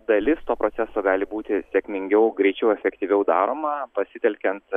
dalis to proceso gali būti sėkmingiau greičiau efektyviau daroma pasitelkiant